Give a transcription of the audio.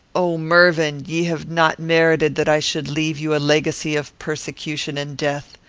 o mervyn! ye have not merited that i should leave you a legacy of persecution and death.